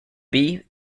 bee